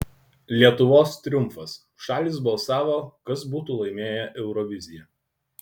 lietuvos triumfas šalys balsavo kas būtų laimėję euroviziją